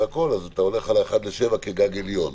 אתה הולך על 7:1 כגג עליון,